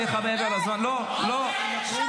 רד כבר ---- וכמו כן דווח על שרפות של שטחים חקלאיים גדולים,